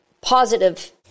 positive